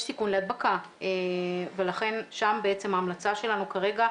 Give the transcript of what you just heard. יש סיכון להדבקה ולכן שם בעצם ההמלצה שלנו כרגע,